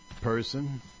person